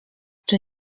czy